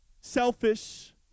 selfish